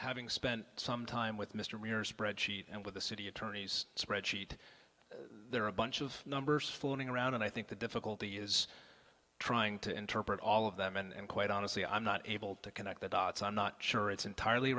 having spent some time with mr mira spreadsheet and with the city attorney's spreadsheet there are a bunch of numbers floating around and i think the difficulty is trying to interpret all of them and quite honestly i'm not able to connect the dots i'm not sure it's entirely